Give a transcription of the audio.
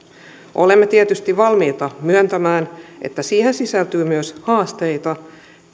olemme tietysti valmiita myöntämään että siihen sisältyy myös haasteita